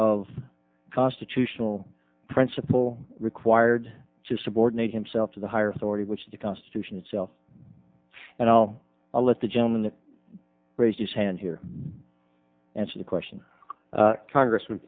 of constitutional principle required to subordinate himself to the higher authority which is the constitution itself and i'll let the gentleman raise his hand here answer the question congressman